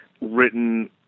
written